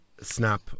snap